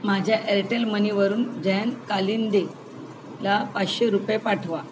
माझ्या एअरटेल मनीवरून जयंत कालिंदे ला पाचशे रुपये पाठवा